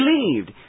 believed